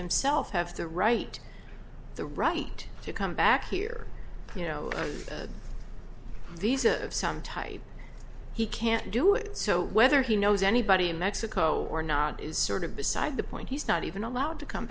himself have to right the right to come back here you know these are of some type he can't do it so whether he knows anybody in mexico or not is sort of beside the point he's not even allowed to come